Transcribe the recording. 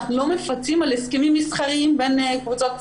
על הסכמים מסחריים בין קבוצות,